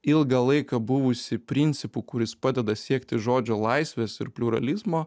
ilgą laiką buvusi principu kuris padeda siekti žodžio laisvės ir pliuralizmo